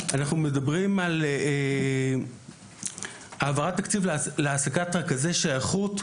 אנחנו מדברים על העברת תקציב להעסקת רכזי שייכות,